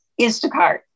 Instacart